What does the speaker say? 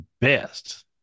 best